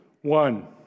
One